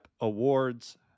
awards